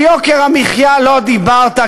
על יוקר המחיה לא דיברת,